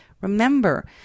remember